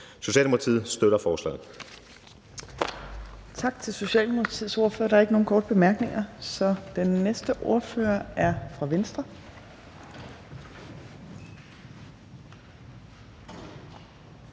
Socialdemokratiet støtter forslaget.